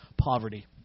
poverty